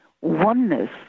oneness